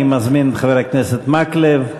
אני מזמין את חבר הכנסת מקלב.